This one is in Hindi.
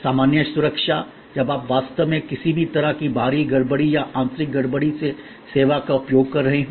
सामान्य सुरक्षा जब आप वास्तव में किसी भी तरह की बाहरी गड़बड़ी या आंतरिक गड़बड़ी से सेवा का उपयोग कर रहे हों